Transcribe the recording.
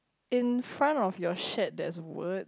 in front of your shirt there is a wood